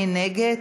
מי נגד?